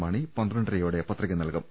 മാണി പന്ത്രണ്ടരയോടെ പത്രിക നൽകും